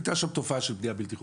הייתה שם תופעה של בנייה בלתי חוקית.